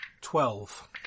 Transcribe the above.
Twelve